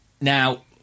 Now